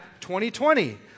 2020